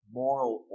moral